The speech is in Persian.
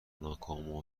ناکامی